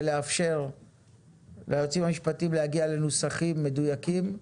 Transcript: לאפשר ליועצים המשפטיים להגיע לנוסחים מדוייקים,